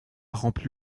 remplit